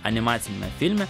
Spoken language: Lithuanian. animaciniame filme